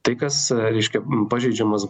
tai kas reiškia pažeidžiamas